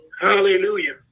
Hallelujah